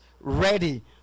Ready